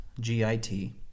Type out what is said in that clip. Git